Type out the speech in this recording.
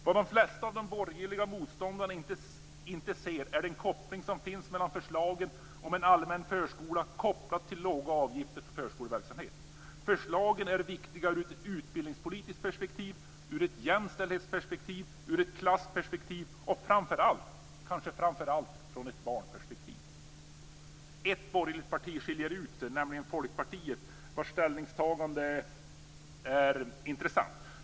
Vad de flesta av de borgerliga motståndarna inte ser är den koppling som finns mellan förslagen om en allmän förskola och låga avgifter för förskoleverksamhet. Förslagen är viktiga ur ett utbildningspolitiskt perspektiv, ur ett jämställdhetsperspektiv, ur ett klassperspektiv och framför allt ur ett barnperspektiv. Ett borgerligt parti skiljer ut sig, nämligen Folkpartiet, vars ställningstagande är intressant.